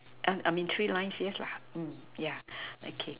I mean three lines yes lah mm yeah okay